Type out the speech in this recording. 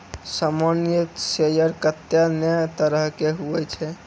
सामान्य शेयर कत्ते ने तरह के हुवै छै